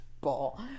ball